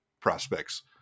prospects